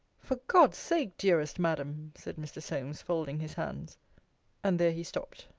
for god's sake, dearest madam, said mr. solmes, folding his hands and there he stopped.